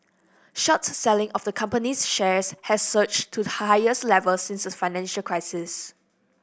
short selling of the company's shares has surged to the highest level since the financial crisis